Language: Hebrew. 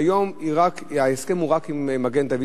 היום ההסכם הוא רק עם מגן-דוד-אדום.